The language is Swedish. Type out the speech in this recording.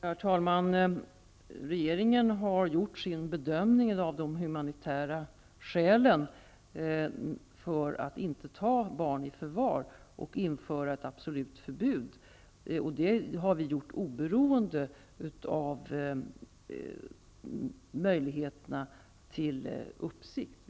Herr talman! Regeringen har gjort sin bedömning utifrån de humanitära skälen för att inte ta barn i förvar och vill införa ett absolut förbud. Det har vi gjort oberoende av möjligheterna till uppsikt.